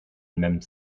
même